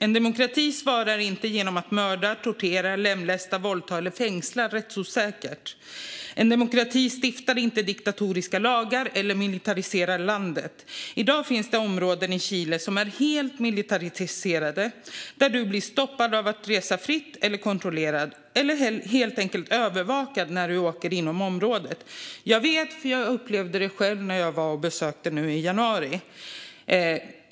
En demokrati svarar inte genom att mörda, tortera, lemlästa, våldta eller fängsla rättsosäkert. En demokrati stiftar inte diktatoriska lagar och militariserar inte landet. I dag finns det områden i Chile som är helt militariserade. Man blir stoppad från att resa fritt, kontrollerad eller helt enkelt övervakad när man åker inom området. Jag vet, för jag upplevde det själv när jag besökte landet i januari.